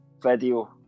video